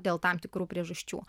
dėl tam tikrų priežasčių